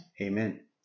Amen